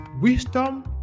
Wisdom